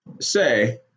say